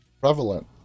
prevalent